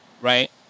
Right